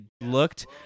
looked